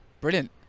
Brilliant